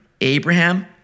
Abraham